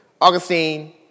Augustine